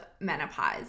menopause